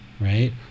right